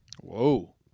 Whoa